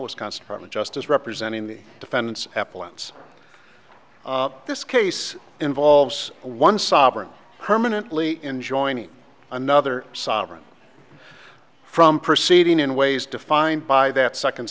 wisconsin probably just as representing the defendants affluence this case involves one sovereign permanently enjoining another sovereign from proceeding in ways defined by that second